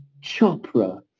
Chopra